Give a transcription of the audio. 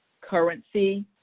currency